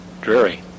dreary